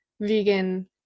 vegan